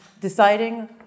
deciding